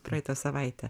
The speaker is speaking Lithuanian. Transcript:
praeitą savaitę